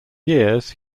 years